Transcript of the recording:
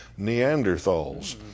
Neanderthals